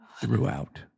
throughout